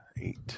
eight